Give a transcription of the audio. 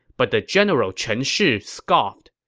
but the general chen shi scoffed.